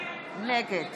נגד